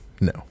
no